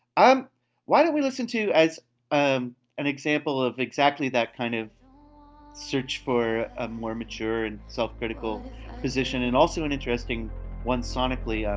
um why don't we listen to as um an example of exactly that kind of search for a more mature and self-critical position and also an interesting one sonically. ah